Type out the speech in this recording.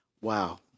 Wow